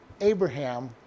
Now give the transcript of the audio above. Abraham